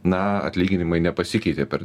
na atlyginimai nepasikeitė per